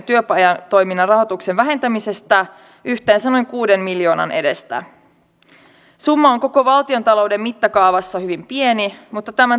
ja nyt olisi tilanne se että hellämielisyyteni pakottaa minut myöntämään puheenvuoron edustaja jarvalle ja sitten edustaja heinonen